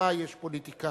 בצבא יש פוליטיקאים,